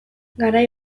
garai